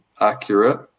accurate